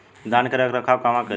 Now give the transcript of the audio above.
धान के रख रखाव कहवा करी?